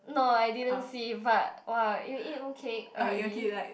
no I didn't see but !wah! you eat mooncake already